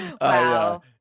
wow